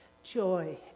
joy